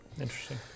Interesting